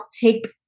take